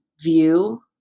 view